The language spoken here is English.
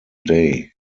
day